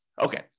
Okay